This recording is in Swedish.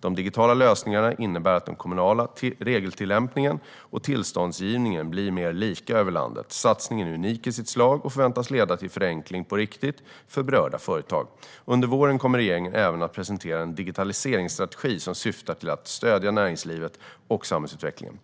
De digitala lösningarna innebär att den kommunala regeltillämpningen och tillståndsgivningen blir mer lika över landet. Satsningen är unik i sitt slag och förväntas leda till förenkling på riktigt för berörda företag. Under våren kommer regeringen även att presentera en digitaliseringsstrategi som syftar till att stödja näringslivet och samhällsutvecklingen.